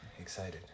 excited